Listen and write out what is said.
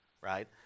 right